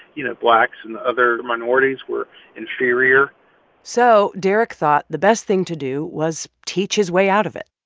you know, blacks and other minorities were inferior so derek thought the best thing to do was teach his way out of it.